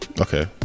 Okay